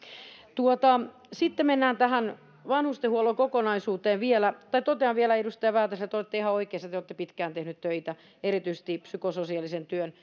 sitten mennään tähän vanhustenhuollon kokonaisuuteen tai totean vielä edustaja väätäiselle että te olette ihan oikeassa te olette pitkään tehnyt töitä erityisesti psykososiaalisen työn